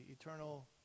eternal